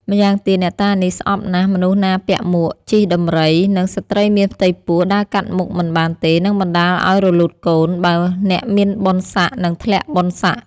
ម៉្យាងទៀត អ្នកតានេះស្អប់ណាស់ មនុស្សណាពាក់មួក ជិះដំរី និងស្ត្រីមានផ្ទៃពោះ ដើរកាត់មុខមិនបានទេ នឹងបណ្តាលឲ្យរលូតកូន បើអ្នកមានបុណ្យស័ក្តិនឹងធ្លាក់បុណ្យស័ក្តិ ។